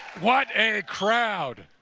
what a crowd!